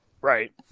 Right